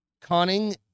Conning